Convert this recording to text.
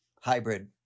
hybrid